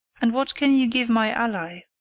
and what can you give my ally,